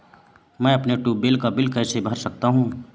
मैं अपने ट्यूबवेल का बिल कैसे भर सकता हूँ?